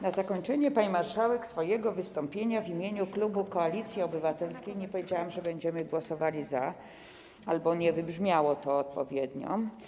Na zakończenie, pani marszałek, swojego wystąpienia w imieniu klubu Koalicji Obywatelskiej nie powiedziałam, że będziemy głosowali za, albo nie wybrzmiało to odpowiednio.